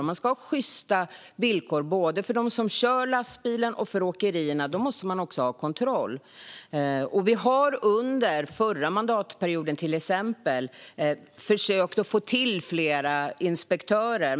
Om man ska ha sjysta villkor både för dem som kör lastbilarna och för åkerierna måste man också ha kontroll. Vi har, till exempel under den förra mandatperioden, försökt att få till fler inspektörer.